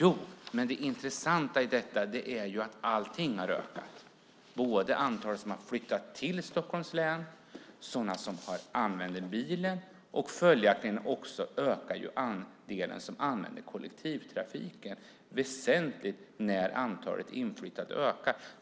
Ja, men det intressanta är att allting har ökat. Fler har flyttat till Stockholms län, och fler använder bil. Andelen som använder kollektivtrafik ökar följaktligen också väsentligt när fler flyttar hit.